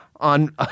On